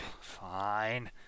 fine